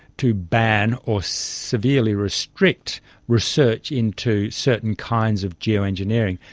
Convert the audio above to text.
to ban or severely restrict research into certain kinds of geo-engineering.